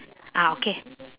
ah okay